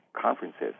conferences